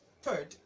Third